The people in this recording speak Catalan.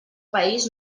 país